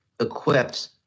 equipped